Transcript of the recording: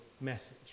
message